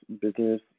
business